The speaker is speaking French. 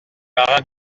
marins